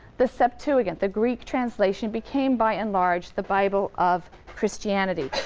the septuagint, the greek translation, became by and large the bible of christianity,